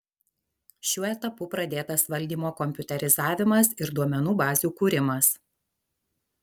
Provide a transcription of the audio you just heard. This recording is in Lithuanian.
šiuo etapu pradėtas valdymo kompiuterizavimas ir duomenų bazių kūrimas